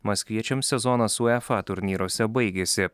maskviečiams sezonas uefa turnyruose baigėsi